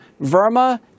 Verma